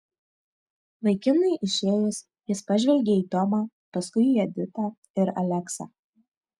vaikinui išėjus jis pažvelgė į tomą paskui į editą ir aleksą